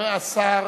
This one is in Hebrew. השר